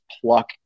pluck